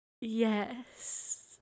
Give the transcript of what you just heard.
Yes